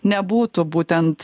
nebūtų būtent